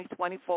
2024